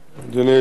אדוני היושב-ראש,